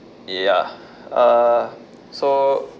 ya uh so